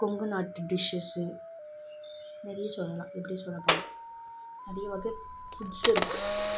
கொங்கு நாட்டு டிஷ்ஷஷு நிறைய சொல்லலாம் இப்படியே சொல்லப்போனால் நிறைய வகை சிப்ஸ் இருக்குது